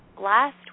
last